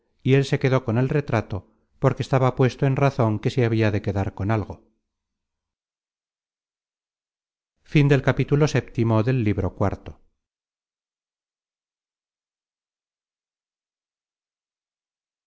y él se quedó con el retrato porque estaba puesto en razon que se habia de quedar con algo da